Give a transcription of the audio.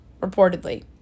reportedly